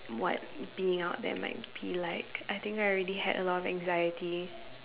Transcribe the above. what being out there might be like I think I already had a lot of anxiety